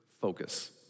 focus